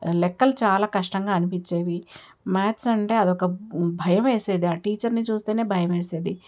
లెక్కలు చాలా కష్టంగా అనిపించేవి మ్యాథ్స్ అంటే అది ఒక భయం వేసేది ఆ టీచర్ని చూస్తేనే భయం వేసేది